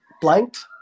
blanked